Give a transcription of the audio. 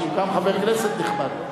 ארדן, שהוא גם חבר כנסת נכבד.